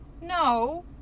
No